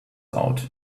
out